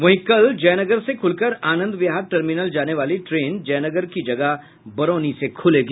वहीं कल जयनगर से खुल कर आनंद विहार टर्मिनल जाने वाली ट्रेन जयनगर की जगह बरौनी से खुलेगी